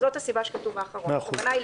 וזאת הסיבה שכתוב "האחרון",